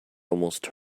almost